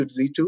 Z2